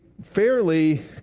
fairly